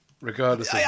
regardless